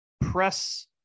press